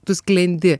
tu sklendi